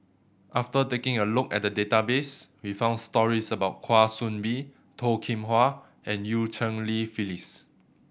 after taking a look at the database we found stories about Kwa Soon Bee Toh Kim Hwa and Eu Cheng Li Phyllis